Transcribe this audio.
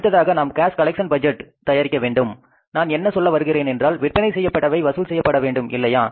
அடுத்ததாக நாம் cash collection பட்ஜெட்டை தயாரிக்க வேண்டும் நான் என்ன சொல்ல வருகிறேன் என்றால் விற்பனை செய்யப்பட்டவை வசூல் செய்யப்பட வேண்டும் இல்லையா